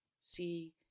see